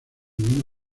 una